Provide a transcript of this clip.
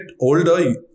older